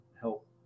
help